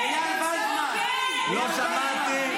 אבי מעוז קיבל בזכות זה מימון מפלגות,